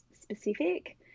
specific